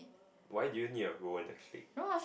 why do you need a role in a clique